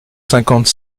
cinquante